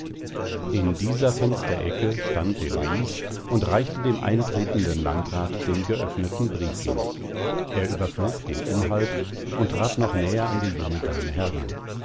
in dieser fensterecke stand heloise und reichte dem eintretenden landrat den geöffneten brief hin er überflog den inhalt und trat noch näher an die junge dame heran